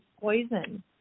poison